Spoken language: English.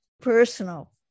personal